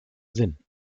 sinn